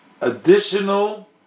additional